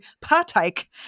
partake